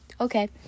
okay